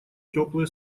теплые